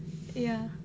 ya